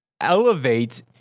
elevate